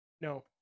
no